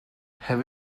have